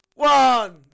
One